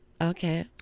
Okay